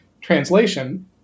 translation